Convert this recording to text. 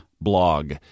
blog